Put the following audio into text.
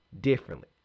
differently